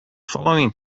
following